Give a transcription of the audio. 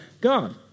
God